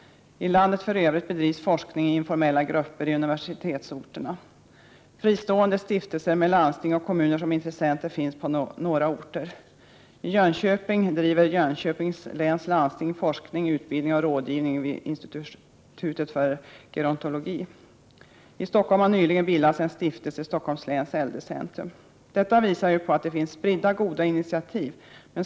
I landet i Övrigt bedrivs forskning i informella grupper i universitetsorterna. Fristående stiftelser med landsting och kommuner som intressenter finns på några orter. I Jönköping driver Jönköpings läns landsting forskning, utbildning och rådgivning vid institutet för gerontologi. I Stockholm har nyligen bildats en stiftelse, Stockholms läns äldrecentrum. Detta visar ju att det finns spridda goda initiativ.